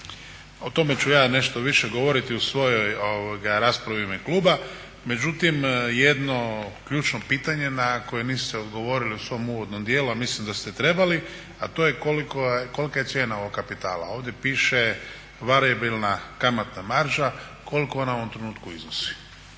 O tome ću ja nešto više govoriti u svojoj raspravi u ime kluba. Međutim, jedno ključno pitanje na koje niste odgovorili u svom uvodnom dijelu, a mislim da ste trebali, a to je kolika je cijena ovog kapitala. Ovdje piše varijabilna kamatna marža, koliko ona u ovom trenutku iznosi?